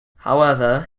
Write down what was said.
however